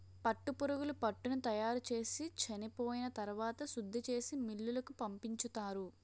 పట్టుపురుగులు పట్టుని తయారుచేసి చెనిపోయిన తరవాత శుద్ధిచేసి మిల్లులకు పంపించుతారు